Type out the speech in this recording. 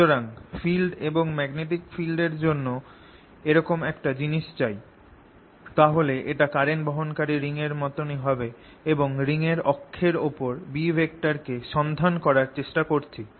সুতরাং ফিল্ড এবং magnetic field এর জন্য যদি এরকম একটা জিনিস চাই তাহলে এটা কারেন্ট বহনকারী রিং এর মতনই হবে এবং রিং এর অক্ষের ওপর B কে সন্ধান করার চেষ্টা করছি